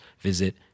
visit